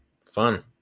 Fun